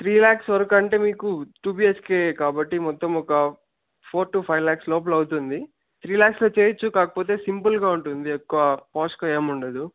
three lakhs వరకు అంటే మీకు టు బిహెచ్కే కాబట్టి మొత్తం ఒక ఫోర్ టు ఫైవ్ ల్యాక్స్ లోపల అవుతుంది త్రీ ల్యాక్స్లో చేయచ్చు కాకపోతే సింపుల్గా ఉంటుంది ఎక్కువ పాష్గా ఏముండదు